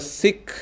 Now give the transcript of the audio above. sick